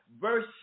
verse